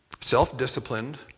self-disciplined